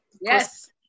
Yes